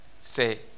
say